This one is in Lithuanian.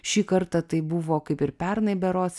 šį kartą tai buvo kaip ir pernai berods